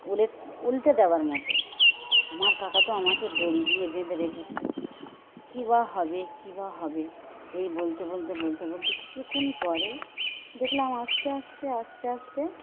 উলটে দেওয়ার মতো আমার কাকা তো আমাকে দড়ি দিয়ে বেঁধে রেখেছে কী বা হবে কী বা হবে এই বলতে বলতে বলতে বলতে কিছুক্ষণ পরে দেখলাম আস্তে আস্তে আস্তে আস্তে